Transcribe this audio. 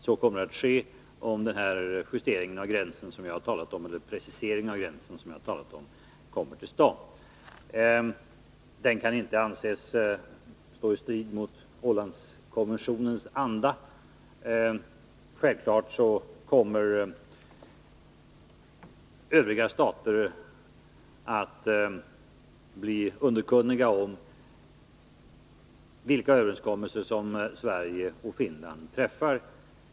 Så kommer att ske, om denna precisering av gränsen, som jag har talat om, kommer till stånd. Den kan inte anses stå i strid mot Ålandskonventionen. Självfallet kommer övriga stater att bli underkunniga om vilka överenskommelser som Sverige och Finland träffar.